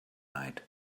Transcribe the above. night